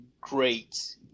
great